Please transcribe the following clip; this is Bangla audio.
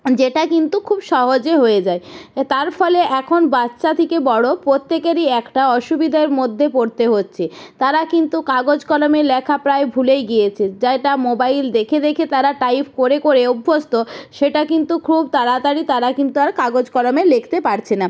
যেটা কিন্তু খুব সহজে হয়ে যায় তার ফলে এখন বাচ্চা থেকে বড়ো প্রত্যেকেরই একটা অসুবিধার মধ্যে পড়তে হচ্ছে তারা কিন্তু কাগজ কলমে লেখা প্রায় ভুলেই গিয়েছে যে এতো মোবাইল দেখে দেখে তারা টাইপ করে করে অভ্যস্ত সেটা কিন্তু খুব তাড়াতাড়ি তারা কিন্তু আর কাগজ কলমে লিখতে পারছে না